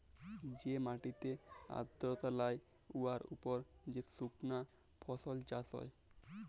যে মাটিতে আর্দ্রতা লাই উয়ার উপর যে সুকনা ফসল চাষ হ্যয়